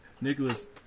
Nicholas